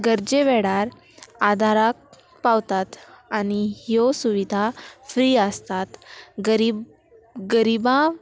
गरजे वेडार आदाराक पावतात आनी ह्यो सुविधा फ्री आसतात गरीब गरिबा